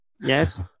yes